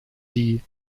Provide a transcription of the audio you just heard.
die